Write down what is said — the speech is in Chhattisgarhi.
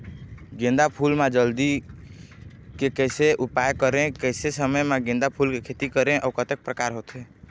गेंदा फूल मा जल्दी के कैसे उपाय करें कैसे समय मा गेंदा फूल के खेती करें अउ कतेक प्रकार होथे?